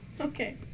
okay